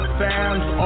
fans